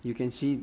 you can see